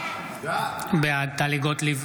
בעד טלי גוטליב,